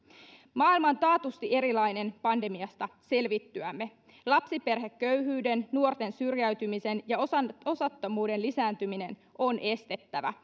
on taatusti erilainen pandemiasta selvittyämme lapsiperheköyhyyden nuorten syrjäytymisen ja osattomuuden lisääntyminen on estettävä